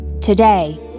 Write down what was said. Today